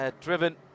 driven